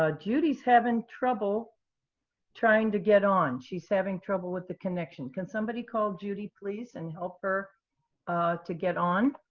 ah judy is having trouble trying to get on. she's having trouble with the connection. can somebody call judy, please, and help her ah to get on?